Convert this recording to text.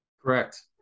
Correct